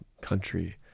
country